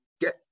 get